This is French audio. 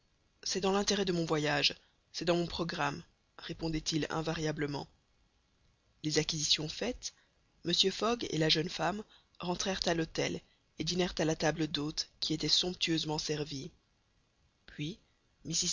c'est dans l'intérêt de mon voyage c'est dans mon programme répondait-il invariablement les acquisitions faites mr fogg et la jeune femme rentrèrent à l'hôtel et dînèrent à la table d'hôte qui était somptueusement servie puis